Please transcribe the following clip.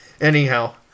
Anyhow